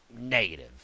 negative